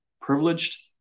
privileged